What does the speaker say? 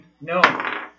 No